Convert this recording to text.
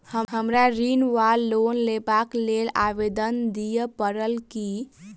हमरा ऋण वा लोन लेबाक लेल आवेदन दिय पड़त की?